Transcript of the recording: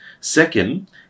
Second